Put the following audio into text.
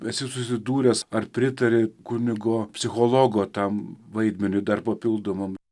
esi susidūręs ar pritari kunigo psichologo tam vaidmeniui dar papildomam